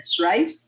right